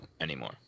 anymore